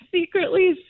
secretly